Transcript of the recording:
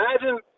imagine